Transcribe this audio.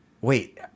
wait